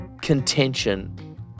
contention